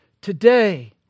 today